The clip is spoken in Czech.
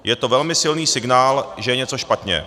Je to velmi silný signál, že je něco špatně.